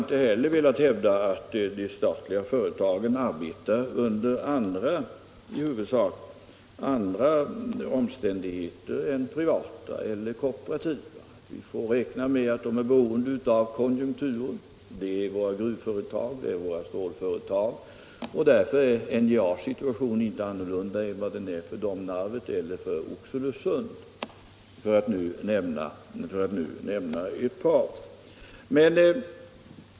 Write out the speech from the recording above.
Ingen kan heller hävda att de statliga företagen arbetar under i huvudsak andra förhållanden än privata eller kooperativa. Vi får räkna med att även de är beroende av konjunkturerna. Jag tänker t.ex. här på vår gruvindustri och våra stålföretag. Och därför är NJA:s situation inte annorlunda än situationen för Domnarvet eller Oxelösund — för att nu nämna ett par exempel.